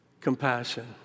Compassion